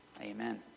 Amen